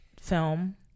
film